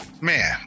man